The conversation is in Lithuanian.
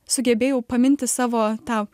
sugebėjau paminti savo tą